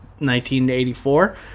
1984